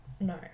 no